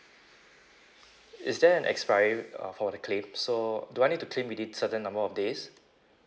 is there an expiry uh for the claim so do I need to claim within certain number of days